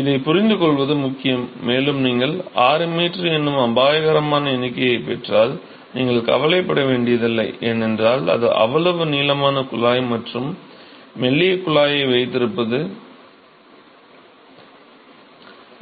இதைப் புரிந்துகொள்வது முக்கியம் மேலும் நீங்கள் 6 m எனும் அபாயகரமான எண்ணிக்கையைப் பெற்றால் நீங்கள் கவலைப்பட வேண்டியதில்லை ஏனென்றால் அது அவ்வளவு நீளமான குழாய் மற்றும் மெல்லிய குழாயை வைத்திருப்பது